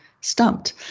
stumped